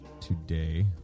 today